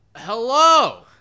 Hello